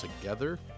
together